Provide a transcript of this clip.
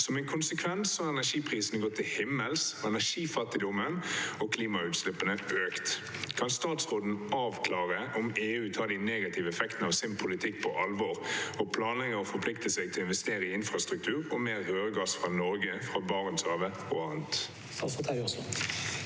Som en konsekvenser har energiprisene gått til himmels og energifattigdommen og klimautslippene økt. Kan statsråden avklare om EU tar de negative effektene av sin politikk på alvor og planlegger å forplikte seg til å investere i infrastruktur og mer rørgass fra Norge, fra Barentshavet og annet?» Statsråd Terje